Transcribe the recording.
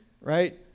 right